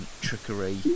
trickery